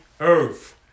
earth